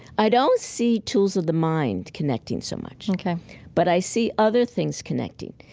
i don't see tools of the mind connecting so much okay but i see other things connecting.